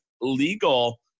legal